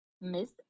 Miss